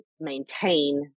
maintain